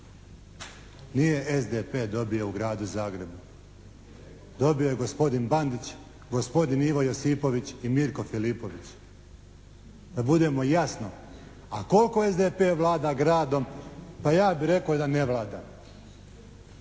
Nije SDP dobio u gradu Zagrebu, dobio je gospodin Bandić, gospodin Ivo Josipović i Mirko Filipović. Da budemo jasno. A koliko SDP vlada gradom? Pa ja bih rekao da ne vlada.